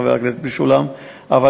חבר הכנסת משולם נהרי,